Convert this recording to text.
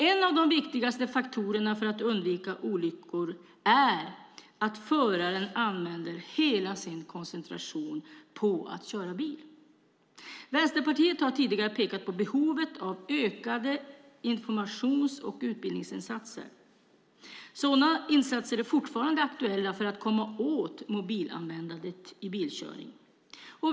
En av de viktigaste faktorerna för att undvika olyckor är att föraren använder hela sin koncentration på att köra bil. Vänsterpartiet har tidigare pekat på behovet av ökade informations och utbildningsinsatser. Sådana insatser är fortfarande aktuella för att komma åt mobilanvändandet i bilkörning.